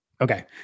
okay